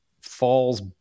falls